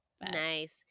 Nice